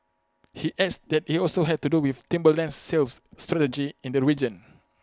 he adds that IT also has to do with Timberland's sales strategy in the region